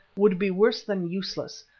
would be worse than useless,